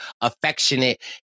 affectionate